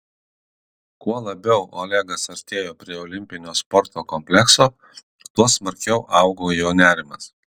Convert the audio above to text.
kuo labiau olegas artėjo prie olimpinio sporto komplekso tuo smarkiau augo jo nerimas